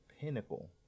pinnacle